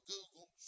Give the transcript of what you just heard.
Google